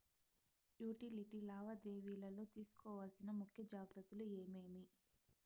Utility లావాదేవీల లో తీసుకోవాల్సిన ముఖ్య జాగ్రత్తలు ఏమేమి?